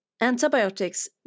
Antibiotics